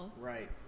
Right